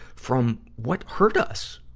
from what hurt us.